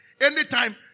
Anytime